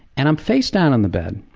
and i'm face down in the bed,